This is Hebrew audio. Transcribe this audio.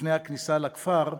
לפני הכניסה לכפר,